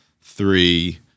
three